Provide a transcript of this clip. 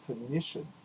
definition